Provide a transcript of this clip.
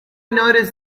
noticed